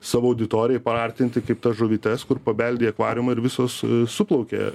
savo auditorijai paartinti kaip tas žuvytes kur pabeldi į akvariumą ir visos su suplaukė